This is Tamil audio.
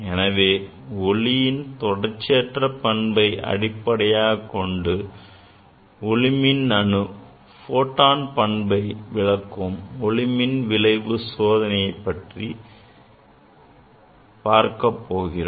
எனவே ஒளியின் தொடர்ச்சியற்ற பண்பை அடிப்படையாகக்கொண்ட ஒளி மின்னணு பண்பை விளக்கும் ஒளிமின் விளைவு சோதனையை பற்றி பார்க்கப்போகிறோம்